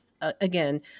Again